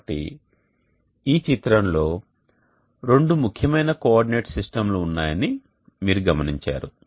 కాబట్టి ఈ చిత్రంలో రెండు ముఖ్యమైన కోఆర్డినేట్ సిస్టమ్లు ఉన్నాయని మీరు గమనించారు